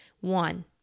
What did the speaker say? one